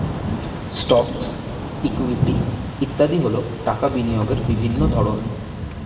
stocks, equity ইত্যাদি হল টাকা বিনিয়োগের বিভিন্ন ধরন